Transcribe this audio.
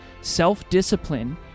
Self-discipline